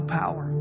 power